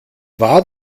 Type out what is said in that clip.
war